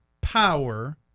power